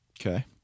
Okay